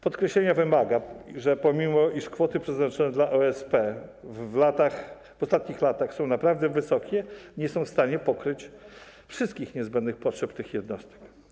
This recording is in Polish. Podkreślenia wymaga, że pomimo iż kwoty przeznaczone dla OSP w ostatnich latach są naprawdę wysokie, nie są w stanie pokryć wszystkich niezbędnych potrzeb tych jednostek.